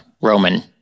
Roman